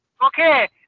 Okay